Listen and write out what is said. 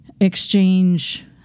exchange